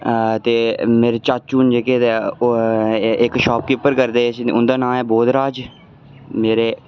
आं ते मेरे चाचू न जेह्के दे ओह् इक शापकीपर करदे किश उंदा नांऽ ऐ बोधराज मेरे